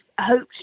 hoped